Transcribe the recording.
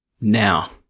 Now